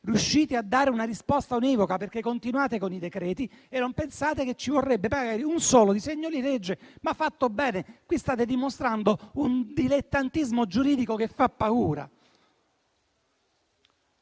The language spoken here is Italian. riusciti a dare una risposta univoca, dato che continuate con i decreti e non pensate che ci vorrebbe magari un solo disegno di legge, ma fatto bene. Qui state dimostrando un dilettantismo giuridico che fa paura.